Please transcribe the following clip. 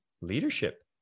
leadership